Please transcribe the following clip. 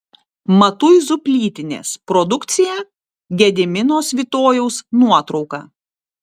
matuizų plytinės produkcija gedimino svitojaus nuotrauka